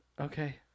Okay